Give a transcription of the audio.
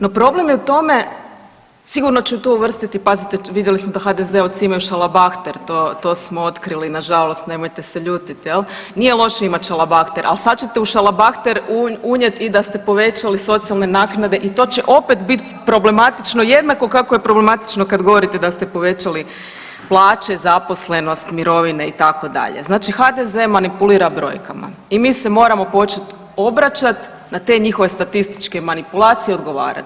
No problem je u tome, sigurno će tu uvrstiti, pazite vidjeli smo da HDZ-ovci imaju šalabahter, to, to smo otkrili nažalost, nemojte se ljutiti jel, nije loše imat šalabahter, al sad ćete u šalabahter unijet i da ste povećali socijalne naknade i to će opet bit problematično jednako kako je problematično kad govorite da ste povećali plaće, zaposlenost, mirovine itd., znači HDZ manipulira brojkama i mi se moramo počet obraćat na te njihove statističke manipulacije i odgovarat.